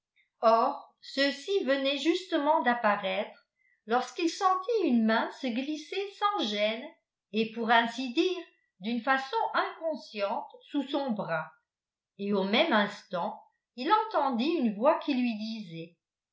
or ceux-ci venaient justement d'apparaître lorsqu'il sentit une main se glisser sans gêne et pour ainsi dire d'une façon inconsciente sous son bras et au même instant il entendit une voix qui lui disait